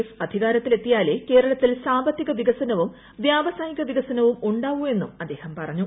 F അധികാരത്തിലെത്തിയാലേ ക്രേരളത്തിൽ സാമ്പത്തിക വികസനവും വ്യാവസായിക് വ്വീകസനവും ഉണ്ടാവൂവെന്നും അദ്ദേഹം പറഞ്ഞു